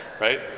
right